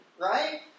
right